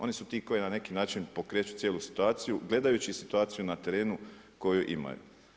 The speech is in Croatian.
Oni su ti koji na neki način pokreću cijelu situaciju gledajući situaciju na terenu koju imaju.